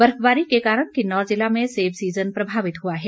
बर्फबारी के कारण किन्नौर ज़िला में सेब सीज़न प्रभावित हुआ है